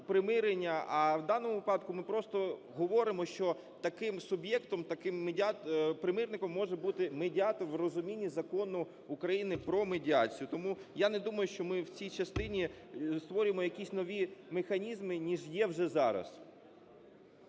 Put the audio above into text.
а в даному випадку ми просто говоримо, що таким суб'єктом, таким примирником може бутимедіат в розумінні Закону України "Про медіацію". Тому я не думаю, що ми в цій частині створюємо якісь нові механізми ніж є вже зараз.